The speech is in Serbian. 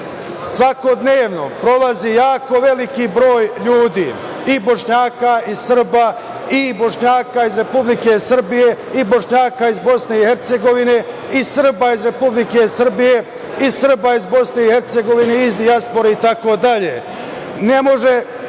svakodnevno prolazi jako veliki broj ljudi i Bošnjaka, i Srba, i Bošnjaka iz Republike Srbije, i Bošnjaka iz Bosne i Hercegovine, i Srba i Republike Srbije, i Srba iz Bosne i Hercegovine i iz dijaspore i tako dalje.